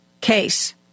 case